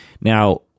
Now